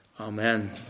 Amen